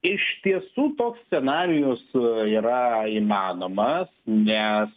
iš tiesų toks scenarijus yra įmanomas nes